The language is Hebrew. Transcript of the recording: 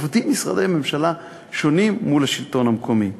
עובדים משרדי ממשלה שונים מול השלטון המקומי.